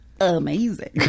amazing